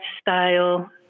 style